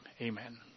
Amen